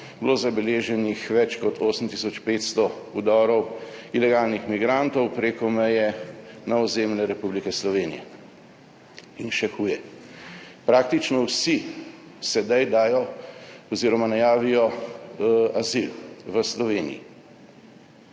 zabeleženih več kot 8 tisoč 500 vdorov ilegalnih migrantov preko meje na ozemlje Republike Slovenije. In še huje, praktično vsi sedaj dajo oziroma najavijo azil v Sloveniji.